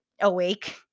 awake